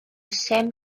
same